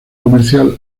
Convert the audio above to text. comercial